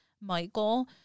Michael